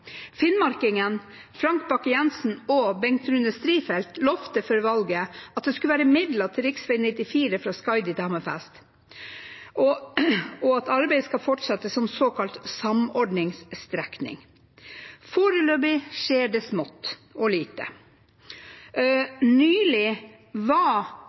Finnmarkingene Frank Bakke-Jensen og Bengt Rune Strifeldt lovet før valget at det skulle være midler til rv. 94 fra Skaidi til Hammerfest, og at arbeidet skal fortsette som såkalt samordningsstrekning. Foreløpig skjer det smått og lite. Nylig var